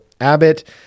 Abbott